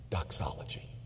doxology